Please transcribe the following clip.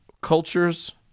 cultures